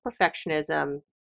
perfectionism